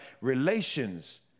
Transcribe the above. relations